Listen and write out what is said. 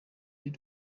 y’u